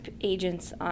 agents